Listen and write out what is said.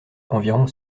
environ